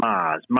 Mars